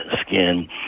skin